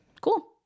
cool